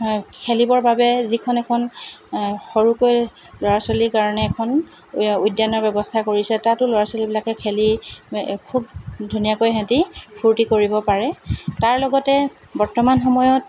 খেলিবৰ বাবে যিখন এখন সৰুকৈ ল'ৰা ছোৱালীৰ কাৰণে এখন উদ্যানৰ ব্যৱস্থা কৰিছে তাতো ল'ৰা ছোৱালীবিলাকে খেলি খুব ধুনীয়াকৈ সিহঁতে ফূৰ্তি কৰিব পাৰে তাৰ লগতে বৰ্তমান সময়ত